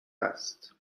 است